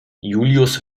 julius